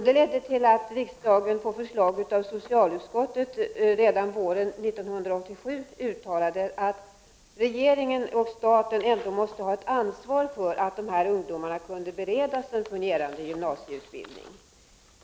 Det ledde till att riksdagen på förslag av socialutskottet redan våren 1987 uttalade att regeringen och staten ändå måste ha ett ansvar för att dessa ungdomar kunde beredas en fungerande gymnasieutbildning.